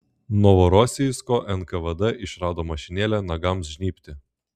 novorosijsko nkvd išrado mašinėlę nagams žnybti